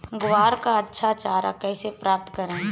ग्वार का अच्छा चारा कैसे प्राप्त करें?